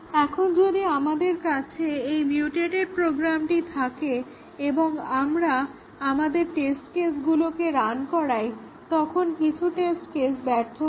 এখন যদি আমাদের কাছে এই মিউটেটেড প্রোগ্রামটি থাকে এবং আমরা আমাদের টেস্ট কেসগুলোকে রান করাই তখন কিছু টেস্ট কেস ব্যর্থ হবে